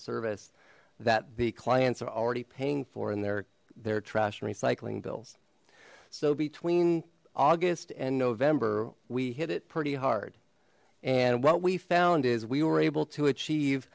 service that the clients are already paying for in their their trash and recycling bills so between august and november we hit it pretty hard and what we found is we were able to achieve